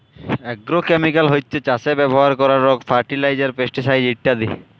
agrochemical হছ্যে চাসে ব্যবহার করারক ফার্টিলাইজার, পেস্টিসাইড ইত্যাদি